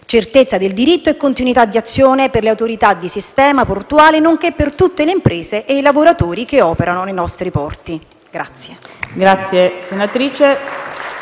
certezza del diritto e continuità di azione per le Autorità di sistema portuale, nonché per tutte le imprese e i lavoratori che operano nei nostri porti.